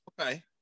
okay